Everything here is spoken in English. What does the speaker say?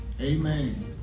Amen